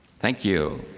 thank you.